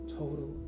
total